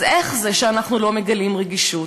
אז איך זה שאנחנו לא מגלים רגישות?